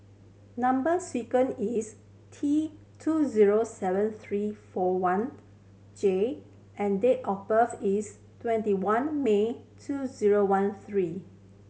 number sequence is T two zero seven three four one J and date of birth is twenty one May two zero one three